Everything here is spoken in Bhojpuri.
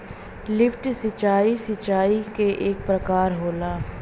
लिफ्ट सिंचाई, सिंचाई क एक प्रकार होला